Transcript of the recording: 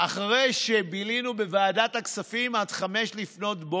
אחרי שבילינו בוועדת הכספים עד 05:00,